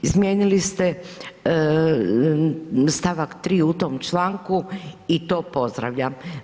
Izmijenili ste stavak 3. u tom članku i to pozdravljam.